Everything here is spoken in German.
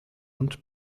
und